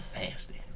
Nasty